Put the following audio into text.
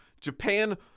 Japan